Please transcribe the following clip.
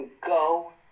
go